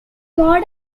modern